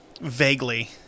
Vaguely